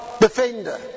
defender